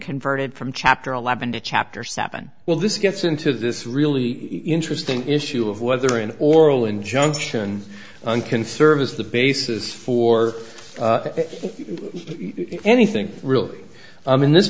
converted from chapter eleven to chapter seven well this gets into this really interesting issue of whether an oral injunction can serve as the basis for anything really i mean this